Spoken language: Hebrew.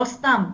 לא סתם.